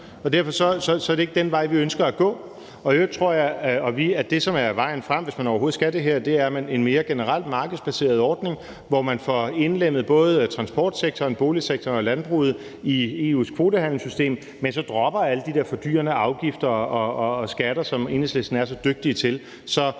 som er vejen frem, hvis man overhovedet skal det her, er en generelt mere markedsbaseret ordning, hvor man får indlemmet både transportsektoren, boligsektoren og landbruget i EU's kvotehandelssystem, men så dropper alle de der fordyrende afgifter og skatter, som Enhedslisten er så dygtige til.